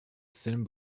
thin